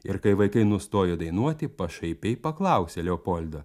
ir kai vaikai nustojo dainuoti pašaipiai paklausė leopoldą